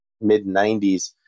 mid-90s